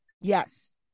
Yes